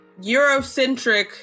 Eurocentric